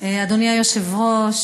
הבעת דעה.) אדוני היושב-ראש,